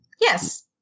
yes